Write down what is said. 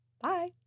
Bye